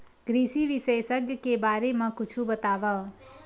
कृषि विशेषज्ञ के बारे मा कुछु बतावव?